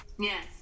yes